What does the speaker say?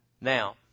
Now